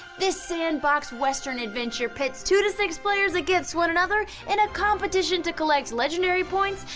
this sandbox western adventure pits two to six players against one another in a competition to collect legendary points,